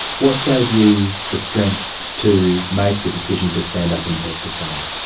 what gave you the strength to make the decision to stand up and testify?